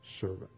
servant